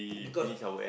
because